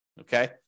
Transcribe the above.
Okay